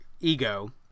ego